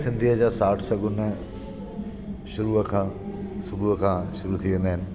सिंधीअ जा साठ सगुन शुरूअ खां सुबूह खां शुरू थी वेंदा आहिनि